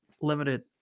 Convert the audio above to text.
limited